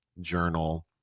journal